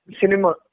cinema